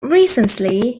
recently